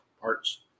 parts